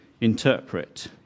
interpret